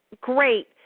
Great